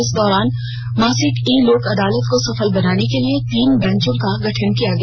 इस दौरान मासिक ई लोक अदालत को सफल बनाने के लिए तीन बेंचो का गठन किया गया